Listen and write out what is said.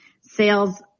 Sales